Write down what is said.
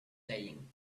saying